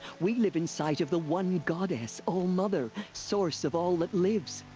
we live inside of the one goddess, all-mother. source of all that lives!